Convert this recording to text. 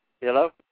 Hello